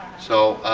so